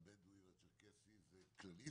הבדואי והצ'רקסי זה כללית,